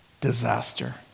disaster